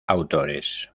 autores